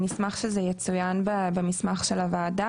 נשמח שזה יצוין במסמך של הוועדה,